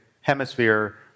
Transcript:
hemisphere